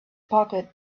pocket